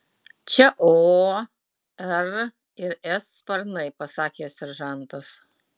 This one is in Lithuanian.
čia o r ir s sparnai pasakė seržantas